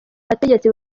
bategetsi